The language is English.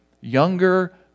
younger